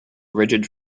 rigid